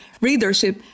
readership